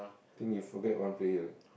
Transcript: think you forget one player